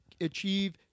achieve